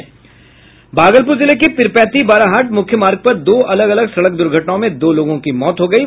भागलपुर जिले के पीरपैंती बाराहाट मुख्य मार्ग पर दो अलग अलग सड़क द्र्घटनाओं में दो लोगों की मौत हो गयी